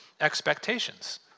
expectations